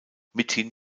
mithin